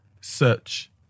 Search